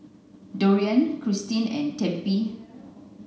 Dorian Christin and Tempie